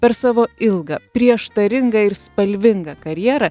per savo ilgą prieštaringą ir spalvingą karjerą